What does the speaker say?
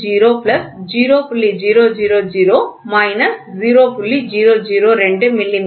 002 மி